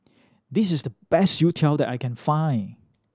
this is the best youtiao that I can find